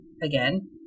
Again